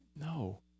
No